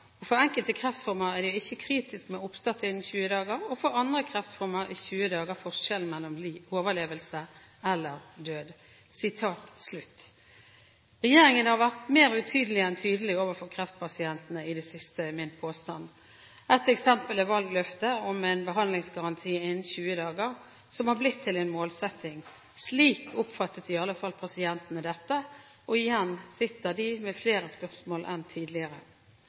og for enkelte kreftformer er det ikke kritisk med oppstart innen 20 dager. For andre kreftformer er 20 dager forskjellen mellom overlevelse eller død.» Regjeringen har vært mer utydelig enn tydelig overfor kreftpasientene i det siste, er min påstand. Ett eksempel er valgløftet om en behandlingsgaranti innen 20 dager, som har blitt til en målsetting. Slik oppfattet iallfall pasientene dette, og igjen sitter de med flere spørsmål enn tidligere.